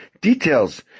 details